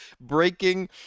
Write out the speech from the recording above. breaking